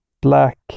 black